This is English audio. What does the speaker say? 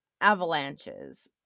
avalanches